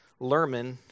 Lerman